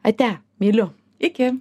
ate myliu iki